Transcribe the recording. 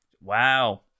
wow